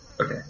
Okay